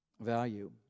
value